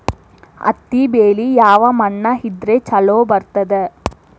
ಹತ್ತಿ ಬೆಳಿ ಯಾವ ಮಣ್ಣ ಇದ್ರ ಛಲೋ ಬರ್ತದ?